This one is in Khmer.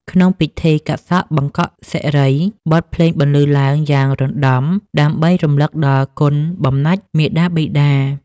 ក្នុងពិធីកាត់សក់បង្កក់សិរី បទភ្លេងបន្លឺឡើងយ៉ាងរណ្ដំដើម្បីរំលឹកដល់គុណបំណាច់មាតាបិតា។